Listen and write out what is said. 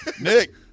Nick